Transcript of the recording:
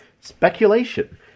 Speculation